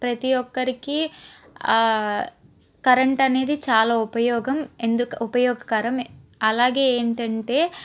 ప్రతి ఒక్కరికి కరెంట్ అనేది చాలా ఉపయోగం ఎం ఉపయోగకరం అలాగే ఏంటంటే